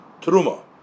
Truma